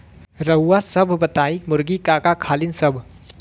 रउआ सभ बताई मुर्गी का का खालीन सब?